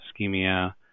ischemia